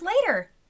later